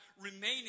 remaining